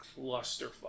clusterfuck